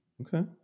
Okay